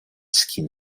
skin